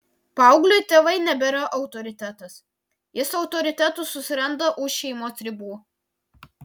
paaugliui tėvai nebėra autoritetas jis autoritetų susiranda už šeimos ribų